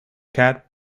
cat